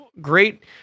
great